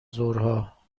ظهرها